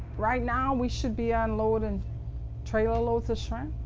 right now we should be unloading trailer loads of shrimp,